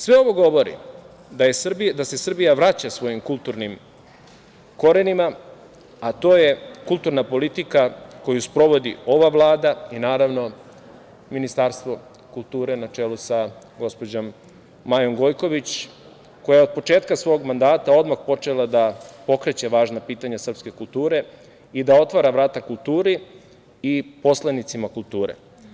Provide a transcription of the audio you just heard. Sve ovo govori da se Srbija vraća svojim kulturnim korenima, a to je kulturna politika koju sprovodi ova Vlada i, naravno, Ministarstvo kulture, na čelu sa gospođom Majom Gojković, koja je od početka svog mandata odmah počela da pokreće važna pitanja srpske kulture i da otvara vrata kulturi i poslanicima kulture.